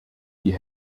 die